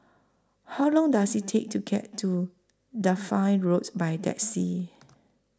How Long Does IT Take to get to Dafne Roads By Taxi